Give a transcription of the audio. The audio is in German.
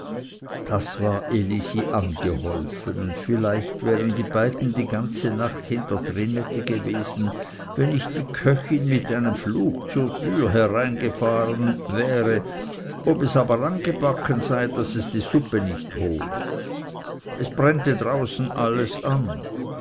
das war elisi angeholfen und vielleicht wären die beiden die ganze nacht hinter trinette gewesen wenn nicht die köchin mit einem fluch zur türe hereingefahren wäre ob es aber angebacken sei daß es die suppe nicht hole es brännte draußen alles an